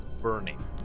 Burning